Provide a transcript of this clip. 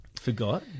forgot